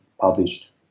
published